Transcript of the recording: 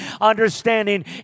understanding